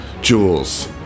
jewels